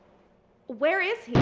where is he?